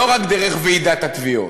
לא רק דרך ועידת התביעות,